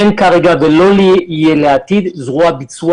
אין כרגע ולא יהיה בעתיד זרוע ביצוע